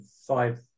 five